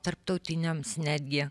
tarptautiniams netgi